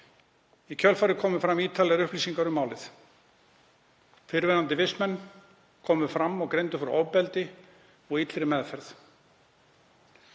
Í kjölfarið komu fram ítarlegri upplýsingar um málið. Fyrrverandi vistmenn komu fram og greindu frá ofbeldi og illri meðferð.